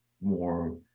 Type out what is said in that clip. more